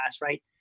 right